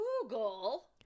Google